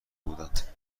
بودند